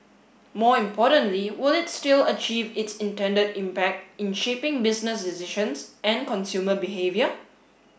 more importantly will it still achieve its intended impact in shaping business decisions and consumer behaviour